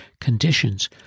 conditions